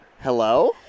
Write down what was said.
Hello